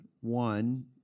one